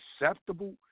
acceptable